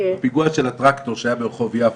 פיגוע של הטרקטור שהיה ברחוב יפו,